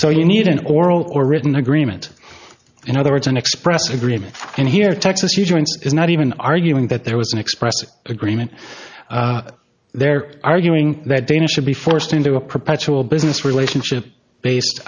so you need an oral or written agreement in other words an express agreement and here texas u joints is not even arguing that there was an expressive agreement they're arguing that danish should be forced into a perpetual business relationship based